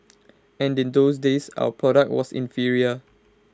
and in those days our product was inferior